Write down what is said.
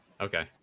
Okay